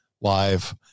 live